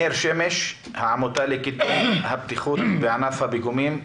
מאיר שמש, העמותה לקידום הבטיחות בענף הפיגומים,